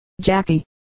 Jackie